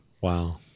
Wow